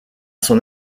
son